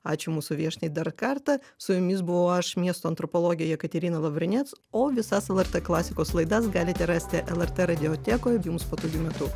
ačiū mūsų viešniai dar kartą su jumis buvau aš miesto antropologė jekaterina lavrinec o visas lrt klasikos laidas galite rasti lrt radiotekoj jums patogiu metu